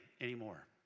anymore